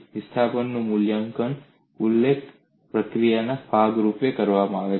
વિસ્થાપનનું મૂલ્યાંકન ઉકેલ પ્રક્રિયાના ભાગ રૂપે કરવામાં આવે છે